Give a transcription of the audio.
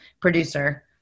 producer